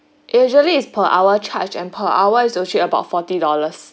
usually is per hour charge and per hour is usually about forty dollars